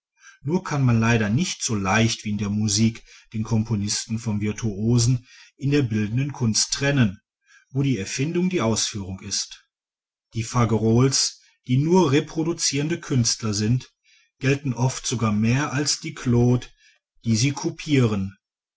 nur kann man leider nicht so leicht wie in der musik den komponisten vom virtuosen in der bildenden kunst trennen wo die erfindung die ausführung ist die fagerolles die nur reproduzierende künstler sind gelten oft sogar mehr als die claude die sie